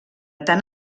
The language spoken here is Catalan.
tant